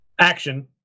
Action